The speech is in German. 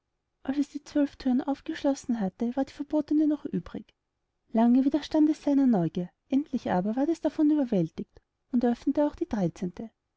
die zwölf thüren aufgeschlossen hatte war die verbotene noch übrig lange widerstand es seiner neugier endlich aber ward es davon überwältigt und öffnete auch die dreizehnte